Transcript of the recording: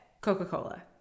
Coca-Cola